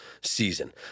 season